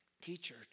teacher